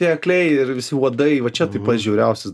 tie akliai ir visi uodai va čia tai pats žiauriausias